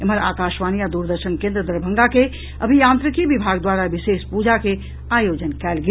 एम्हर आकाशवाणी आ दूरदर्शन केन्द्र दरभंगा के अभियांत्रिकी विभाग द्वारा विशेष पूजा के आयोजन कयल गेल